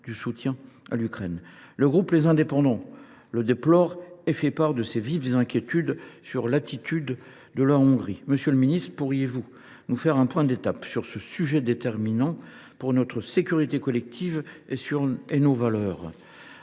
du soutien à l’Ukraine. Le groupe Les Indépendants le déplore et fait part de ses vives inquiétudes sur l’attitude de la Hongrie. Monsieur le ministre, pourriez vous nous faire un point d’étape sur ce sujet déterminant pour notre sécurité collective et nos valeurs ?